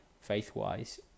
faith-wise